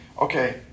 okay